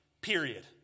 Period